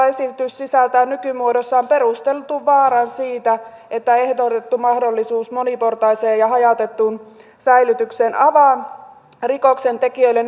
esitys sisältää nykymuodossaan perustellun vaaran siitä että ehdotettu mahdollisuus moniportaiseen ja hajautettuun säilytykseen avaa rikoksentekijöille